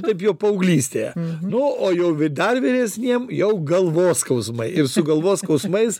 taip jau paauglystėje nu o jau dar vyresniem jau galvos skausmai ir su galvos skausmais